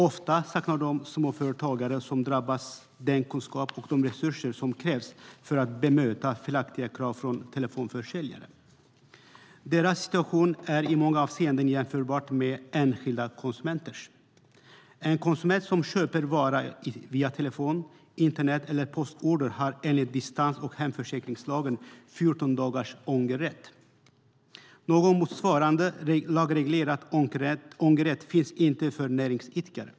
Ofta saknar de småföretagare som drabbas den kunskap och de resurser som krävs för att bemöta felaktiga krav från telefonförsäljare. Deras situation är i många avseenden jämförbar med enskilda konsumenters. En konsument som köper en vara via telefon, internet eller postorder har enligt distans och hemförsäljningslagen 14 dagars ångerrätt. Någon motsvarande lagreglerad ångerrätt finns inte för näringsidkare.